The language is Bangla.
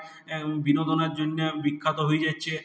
বিনোদনের জন্যে বিখ্যাত হয়ে যাচ্ছে